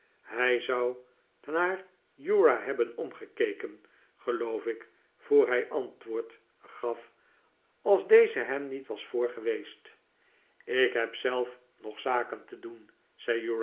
hij zou naar uriah hebben omgekeken geloof ik voor hij antwoord gaf als deze hem niet was voor geweest ik heb zelf nog zaken te doen